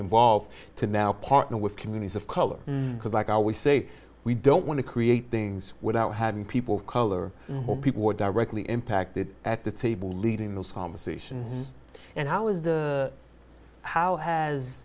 involved to now partner with communities of color because like i always say we don't want to create things without having people color people who are directly impacted at the table leading those conversations and how is the how has